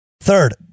Third